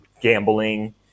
gambling